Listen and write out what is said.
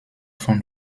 von